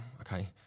okay